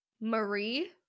Marie